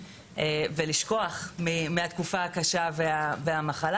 לשוק העבודה ולעזור להם לשכוח מהתקופה הקשה ומהמחלה,